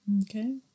Okay